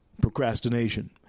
Procrastination